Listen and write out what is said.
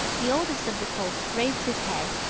the oldest of the colts raised his head,